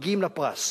מגיעים לפרס,